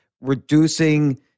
reducing